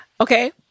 Okay